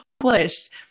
accomplished